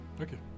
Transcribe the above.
Okay